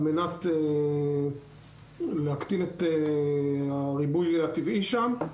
על מנת להקטין את הריבוי הטבעי שם.